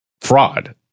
fraud